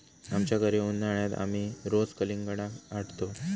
आमच्या घरी उन्हाळयात आमी रोज कलिंगडा हाडतंव